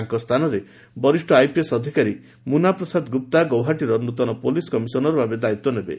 ତାଙ୍କ ସ୍ଥାନରେ ବରିଷ୍ଠ ଆଇପିଏସ୍ ଅଧିକାରୀ ମୁନା ପ୍ରସାଦ ଗୁପ୍ତା ଗୌହାଟୀର ନୂତନ ପୋଲିସ୍ କମିଶନର ଭାବେ ଦାୟିତ୍ୱ ନେବେ